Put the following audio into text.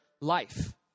life